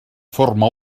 forma